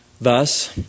Thus